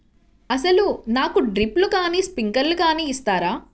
అసలు నాకు డ్రిప్లు కానీ స్ప్రింక్లర్ కానీ ఇస్తారా?